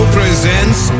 presents